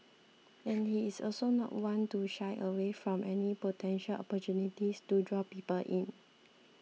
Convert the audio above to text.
and he is also not one to shy away from any potential opportunity to draw people in